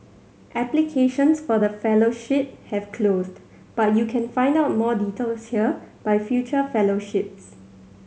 applications for the fellowship have closed but you can find out more details here by future fellowships